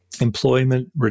employment